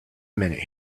minute